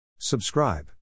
Subscribe